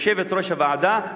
יושבת-ראש הוועדה.